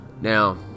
Now